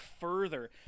further